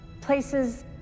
places